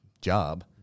job